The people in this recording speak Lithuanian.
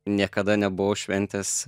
niekada nebuvo šventės